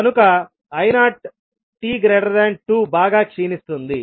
కనుక i0 t 2 బాగా క్షీణిస్తుంది